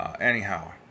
Anyhow